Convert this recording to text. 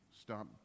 stop